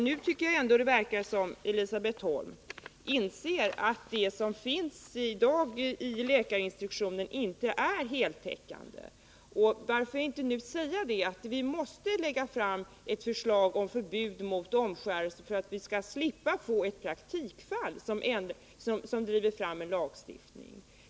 Nu tycker jag ändå att det verkar som om Elisabet Holm inser att det som finnsi dag i läkarinstruktionen inte är heltäckande. Varför inte nu säga, att vi måste lägga fram ett förslag om förbud mot omskärelse — för att vi skall slippa få ett praktikfall, som driver fram en lagstiftning?